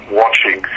watching